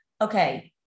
okay